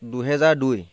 দুহেজাৰ দুই